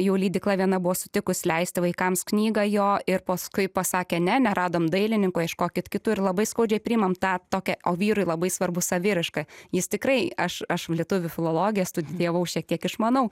jau leidykla viena buvo sutikus leisti vaikams knygą jo ir paskui pasakė ne neradom dailininko ieškokit kitų ir labai skaudžiai priimam tą tokią o vyrui labai svarbu saviraiška jis tikrai aš aš lietuvių filologiją studijavau šiek tiek išmanau